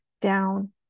down